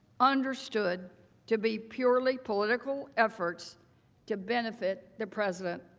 understood to be purely political effort to benefit the president.